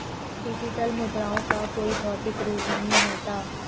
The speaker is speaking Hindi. डिजिटल मुद्राओं का कोई भौतिक रूप नहीं होता